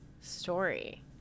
story